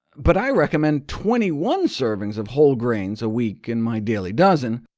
but i recommend twenty one servings of whole grains a week in my daily dozen.